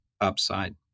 upside